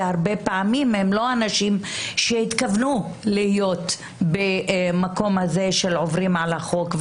והרבה פעמים הם לא אנשים שהתכוונו להיות במקום הזה של עוברים על החוק.